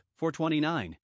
429